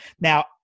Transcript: Now